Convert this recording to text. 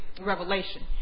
revelation